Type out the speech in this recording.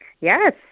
Yes